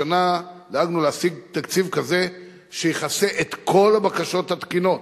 השנה דאגנו להשיג תקציב כזה שיכסה את כל הבקשות התקינות,